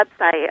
website